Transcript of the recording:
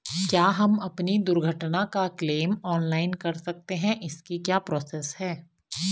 क्या हम अपनी दुर्घटना का क्लेम ऑनलाइन कर सकते हैं इसकी क्या प्रोसेस है?